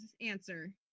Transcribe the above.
answer